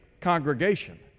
congregation